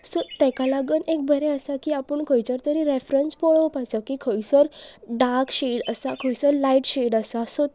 so ताका लागून एक बरें आसा की आपूण खंयसर तरी रेफरन्स पळोवपाचो की खंयसर डार्क शेड आसा खंयसर लायट शेड आसा सो